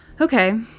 Okay